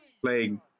playing